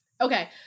Okay